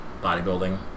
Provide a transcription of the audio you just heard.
bodybuilding